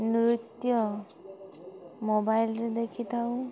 ନୃତ୍ୟ ମୋବାଇଲରେ ଦେଖିଥାଉ